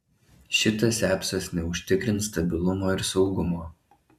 šitas apsas neužtikrins stabilumo ir saugumo